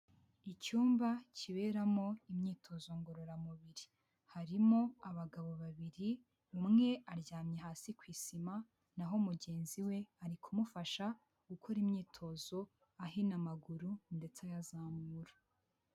Icyumba kiberamo imyitozo ngororamubiri. Harimo abagabo babiri, umwe aryamye hasi ku isima naho mugenzi we ari kumufasha gukora imyitozo ahina amaguru ndetse ayazamura.